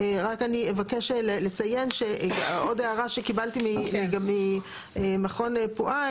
רק אני אבקש לציין עוד הערה שקיבלתי ממכון פוע"ה.